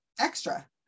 extra